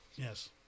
yes